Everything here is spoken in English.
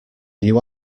new